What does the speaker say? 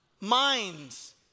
Minds